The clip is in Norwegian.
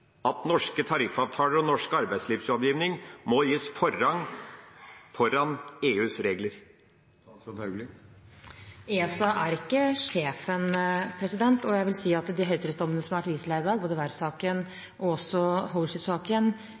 at norske tariffavtaler og norsk arbeidslivslovgivning må gis forrang foran EUs regler? ESA er ikke sjefen, og jeg vil si at de høyesterettsdommene det har vært vist til her i dag, både verftssaken og